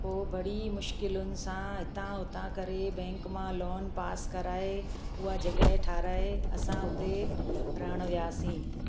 पो बड़ी मुश्किलयुनि सां हितां हुता करे बैंक मां लोन पास कराए उहा जॻह ठाहिराए असां हुते रहणु वियासीं